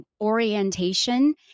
orientation